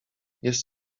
jest